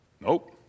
Nope